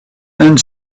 and